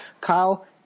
Kyle